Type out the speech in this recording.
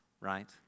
right